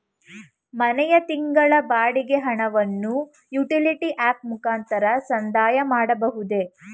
ಮನೆಯ ತಿಂಗಳ ಬಾಡಿಗೆ ಹಣವನ್ನು ಯುಟಿಲಿಟಿ ಆಪ್ ಮುಖಾಂತರ ಸಂದಾಯ ಮಾಡಬಹುದೇ?